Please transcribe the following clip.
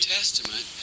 Testament